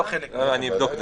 אבדוק.